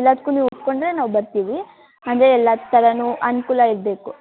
ಎಲ್ಲದ್ಕೂ ನೀವು ಒಪ್ಪಿಕೊಂಡ್ರೆ ನಾವು ಬರ್ತೀವಿ ಅಂದರೆ ಎಲ್ಲ ಥರವೂ ಅನುಕೂಲ ಇರಬೇಕು